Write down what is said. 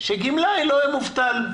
שגמלאי לא יהיה מובטל?